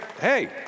hey